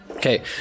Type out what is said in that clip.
Okay